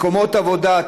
מקומות עבודה,